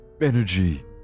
Energy